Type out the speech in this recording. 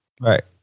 Right